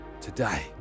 today